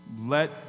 Let